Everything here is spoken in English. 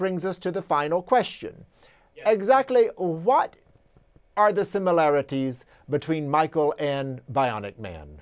brings us to the final question exactly over what are the similarities between michael and by on it man